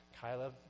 Kyla